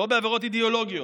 לא בעבירות אידיאולוגיות.